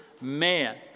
man